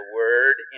word